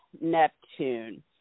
Neptune